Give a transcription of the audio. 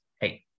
hey